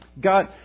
God